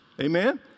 Amen